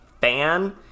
fan